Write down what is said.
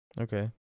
Okay